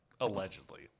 allegedly